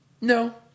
No